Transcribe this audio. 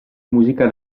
musica